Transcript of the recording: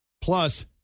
Plus